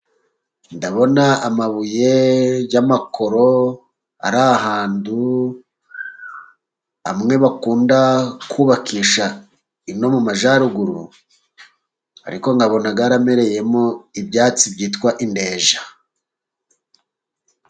Ndabona amabuye y'amakoro ari ahandu, amwe bakunda kubakisha ino mu majyaruguru ariko nkabona garamereyemo ibyatsi byitwa indeja.